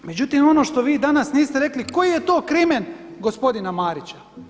Međutim, ono što vi danas niste rekli koji je to krimen gospodina Marića.